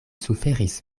suferis